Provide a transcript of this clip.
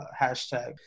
hashtag